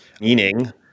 meaning